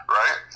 right